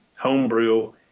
Homebrew